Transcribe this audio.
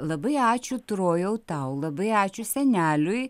labai ačiū trojau tau labai ačiū seneliui